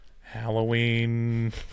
Halloween